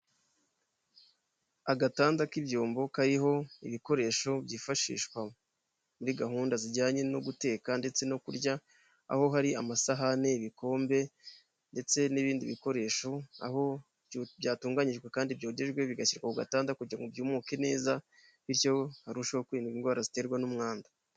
Agatanda k'ibyombo kariho ibikoresho byifashishwa muri gahunda zijyanye no guteka, ndetse no kurya, aho hari amasahani, ibikombe, ndetse n'ibindi bikoresho aho byatunganyijwe kandi byogejwe bigashyirwa ku gatanda kugira ngo byumuke neza, bityo harusheho kwirinda indwara ziterwa n'umwanda.